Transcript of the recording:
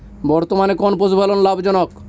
বর্তমানে কোন পশুপালন লাভজনক?